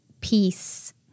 peace